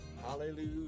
Hallelujah